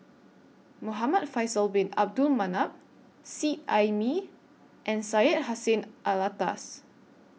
Muhamad Faisal Bin Abdul Manap Seet Ai Mee and Syed Hussein Alatas